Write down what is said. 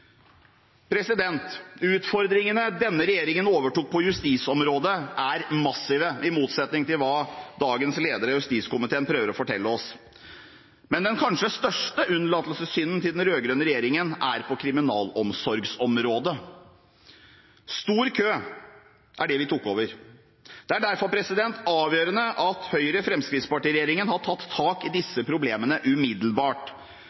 Utfordringene denne regjeringen overtok på justisområdet, er massive, i motsetning til hva dagens leder av justiskomiteen prøver å fortelle oss. Men den kanskje største unnlatelsessynden til den rød-grønne regjeringen er på kriminalomsorgsområdet. Vi overtok en stor kø. Det er derfor avgjørende at Høyre–Fremskrittsparti-regjeringen har tatt tak i